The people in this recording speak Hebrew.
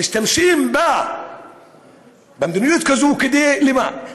משתמשים במדיניות כזאת למה?